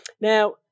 Now